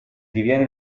diviene